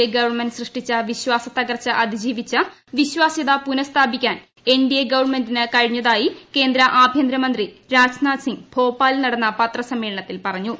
A government സൃഷ്ടിച്ച വിശ്വാസത്തകർച്ച അതിജീവിച്ച് വിശ്വാസൃത പുനഃസ്ഥാപിക്കാൻ എൻ ഡി എ ഗവൺമെന്റിന് കഴിഞ്ഞതായി കേന്ദ്ര ആഭ്യന്തര മന്ത്രി രാജ്നാഥ് സിംഗ് ഭോപ്പാലിൽ നടന്ന പത്രസമ്മേളനത്തിൽ പറഞ്ഞു